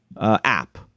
app